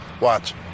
Watch